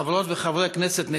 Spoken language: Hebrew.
חברות וחברי הכנסת נכבדים,